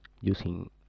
using